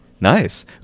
nice